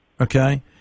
okay